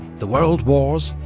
the world wars,